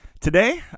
Today